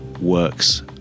works